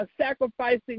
sacrificing